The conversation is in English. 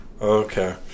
okay